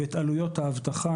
ואת עלויות האבטחה,